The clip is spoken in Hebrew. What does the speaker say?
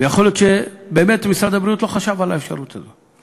יכול להיות שבאמת משרד הבריאות לא חשב על האפשרות הזאת.